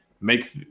make –